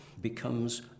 becomes